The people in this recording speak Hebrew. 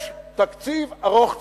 יש תקציב ארוך טווח.